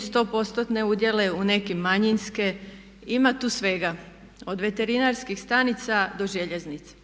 sto postotne udjele, u nekim manjinske. Ima tu svega od veterinarskih stanica do željeznice.